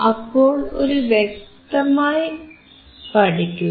അപ്പോൾ ഇതു വ്യക്തമായി പഠിക്കുക